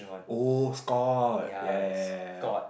oh Scott ya ya ya ya ya